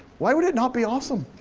why would it not be awesome?